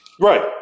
Right